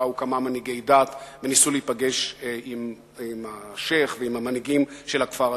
באו כמה מנהיגי דת וניסו להיפגש עם השיח' ועם המנהיגים של הכפר הזה,